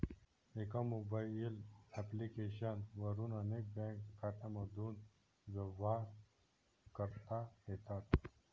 एका mobile application वरून अनेक बँक खात्यांमधून व्यवहार करता येतात